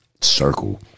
circle